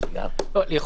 פרופ' לרנר,